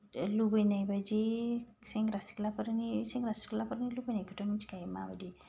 लुबैनाय बायदि सेंग्रा सिख्लाफोरनि सेंग्रा सिख्लाफोरनि लुबैनायखौथ' मिथिखायो माबायदि